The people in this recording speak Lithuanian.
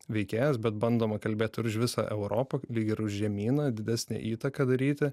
veikėjas bet bandoma kalbėt ir už visą europą ir už žemyną didesnę įtaką daryti